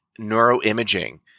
neuroimaging